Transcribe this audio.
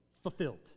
fulfilled